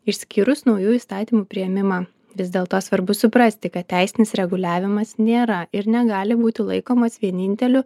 išskyrus naujų įstatymų priėmimą vis dėlto svarbu suprasti kad teisinis reguliavimas nėra ir negali būti laikomas vieninteliu